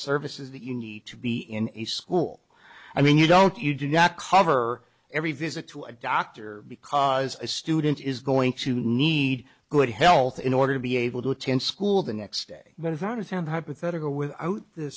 service is that you need to be in a school i mean you don't you do not cover every visit to a doctor because a student is going to need good health in order to be able to attend school the next day but it's not a term hypothetical without the